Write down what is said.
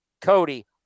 Cody